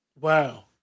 Wow